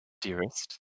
dearest